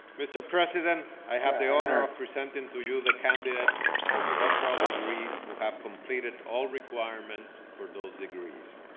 mr. president, i have the honor of presenting to you the candidates for the doctoral degrees who have completed all requirements for those degrees.